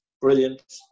brilliant